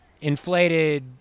inflated –